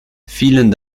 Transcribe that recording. vielen